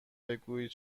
بگویید